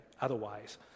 Otherwise